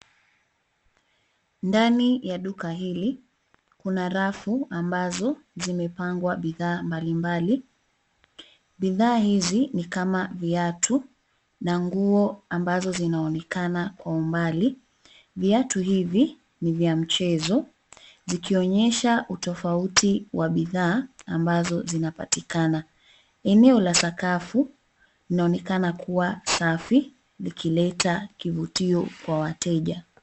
Ndani ya duka hili kuna rafu ambazo zimepangwa bidhaa mbalimbali. Bidhaa hizi ni kama viatu na nguo ambazo zinaonekana Kwa umbali. Viatu hivi ni vya mchezo, zikionyesha utofauti wa bidhaa ambazo zinapatikana. Eneo la sakafu linaonekana kuwa safi, likileta kivutio Kwa wateja.